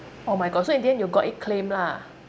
oh my god so in the end you got it claimed lah